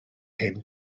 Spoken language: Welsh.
hen